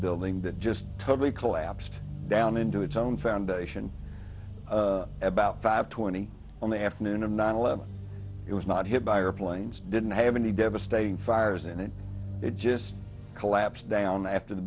building that just totally collapsed down into its own foundation about five twenty on the afternoon of nine eleven it was not hit by or planes didn't have any devastating fires in it it just collapsed down after the